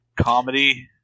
comedy